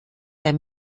der